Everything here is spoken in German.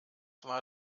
war